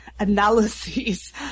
Analyses